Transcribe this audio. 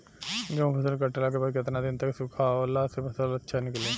गेंहू फसल कटला के बाद केतना दिन तक सुखावला से फसल अच्छा निकली?